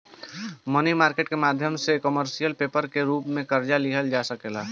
मनी market के माध्यम से कमर्शियल पेपर के रूप में कर्जा लिहल जा सकेला